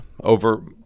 over